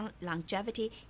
longevity